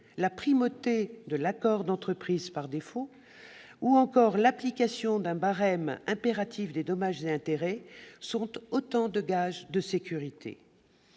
par défaut de l'accord d'entreprise ou encore l'application d'un barème impératif de dommages et intérêts sont autant de gages de sécurité.